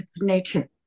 nature